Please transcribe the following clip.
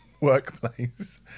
workplace